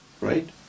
right